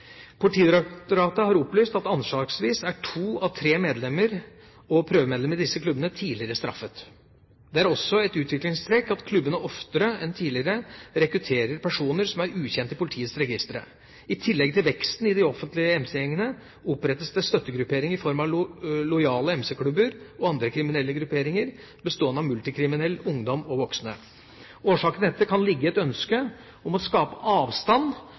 Politidirektoratet har opplyst at anslagsvis er to av tre medlemmer og prøvemedlemmer i disse klubbene tidligere straffet. Det er også et utviklingstrekk at klubbene oftere enn tidligere rekrutterer personer som er ukjente i politiets registre. I tillegg til veksten i de egentlige MC-gjengene, opprettes det støttegrupperinger i form av lojale MC-klubber og andre kriminelle grupperinger bestående av multikriminell ungdom og voksne. Årsaken til dette kan ligge i et ønske om å skape avstand